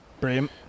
brilliant